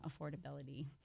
affordability